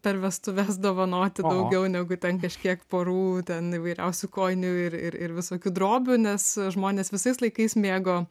per vestuves dovanoti daugiau negu ten kažkiek porų ten įvairiausių kojinių ir ir ir visokių drobių nes žmonės visais laikais mėgo